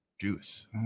juice